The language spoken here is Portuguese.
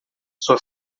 sua